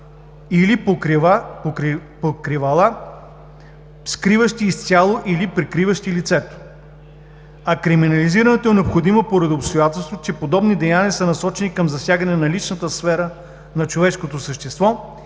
или покривала, скриващи изцяло или прикриващи лицето. Криминализирането е необходимо поради обстоятелството, че подобни деяния са насочени към засягане на личната сфера на човешкото същество